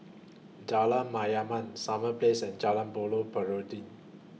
Jalan Mayaanam Summer Place and Jalan Buloh Perindu